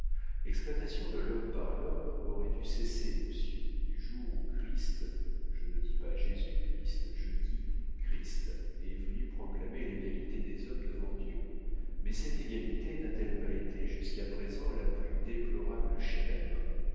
l'exploitation de l'homme par l'homme aurait dû cesser monsieur du jour où christ je ne dis pas jésus-christ je dis christ est venu proclamer l'égalité des hommes devant dieu mais cette égalité n'a-t-elle pas été jusqu'à présent la plus déplorable chimère